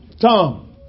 Tom